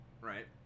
Right